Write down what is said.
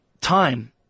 time